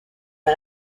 les